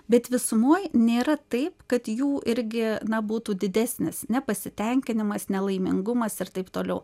bet visumoj nėra taip kad jų irgi na būtų didesnis nepasitenkinimas nelaimingumas ir taip toliau